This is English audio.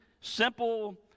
simple